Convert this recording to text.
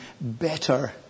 better